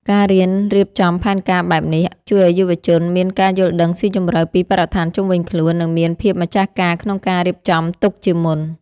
ការរៀនរៀបចំផែនការបែបនេះ ជួយឱ្យយុវជនមានការយល់ដឹងស៊ីជម្រៅពីបរិស្ថានជុំវិញខ្លួន និងមានភាពម្ចាស់ការក្នុងការរៀបចំទុកជាមុន។